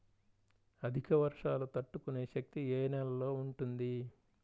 అధిక వర్షాలు తట్టుకునే శక్తి ఏ నేలలో ఉంటుంది?